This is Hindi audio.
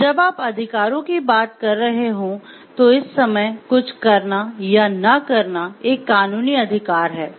जब आप अधिकारों की बात कर रहे हों तो इस समय कुछ करना या न करना एक कानूनी अधिकार है